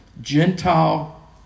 Gentile